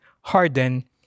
harden